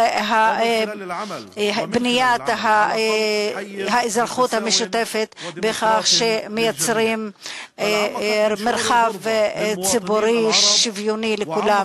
באמצעות בניית האזרחות המשותפת בכך שמייצרים מרחב ציבורי שוויוני לכולם.